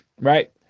right